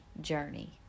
journey